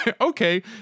okay